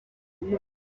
gihe